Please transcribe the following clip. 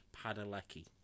Padalecki